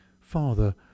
Father